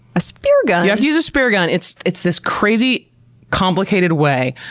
a spear gun! you have to use a spear gun. it's it's this crazy complicated way.